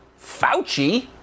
Fauci